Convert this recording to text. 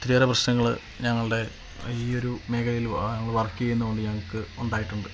ഒത്തിരിയേറെ പ്രശ്നങ്ങൾ ഞങ്ങളുടെ ഈ ഒരു മേഖലയിൽ ഞങ്ങൾ വര്ക്ക് ചെയ്യുന്നോണ്ട് ഞങ്ങൾക്ക് ഉണ്ടായിട്ടുണ്ട്